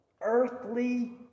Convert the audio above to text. earthly